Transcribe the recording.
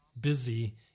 busy